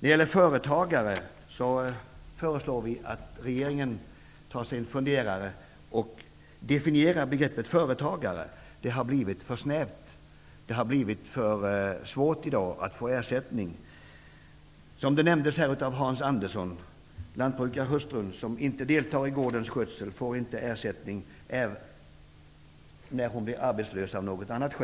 När det gäller företagare föreslår vi att regeringen tar sig en funderare och definierar begreppet företagare, som nu har blivit för snävt. Det har i dag blivit för svårt att få ersättning. Hans Andersson nämnde ett exempel med en lantbrukarhustru som inte deltar i gårdens skötsel. Hon får ingen ersättning när hon blir uppsagd från något annat